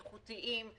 איכותיים,